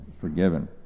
forgiven